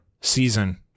season